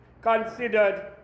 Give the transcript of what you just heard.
considered